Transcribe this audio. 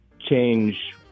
change